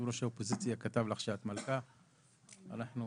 ולא לחינם יושב ראש האופוזיציה כתב לך שאת מלכה.